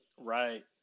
Right